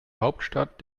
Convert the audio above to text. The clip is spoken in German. hauptstadt